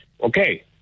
Okay